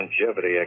longevity